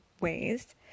ways